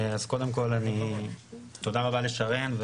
קודם כול תודה רבה לשרן,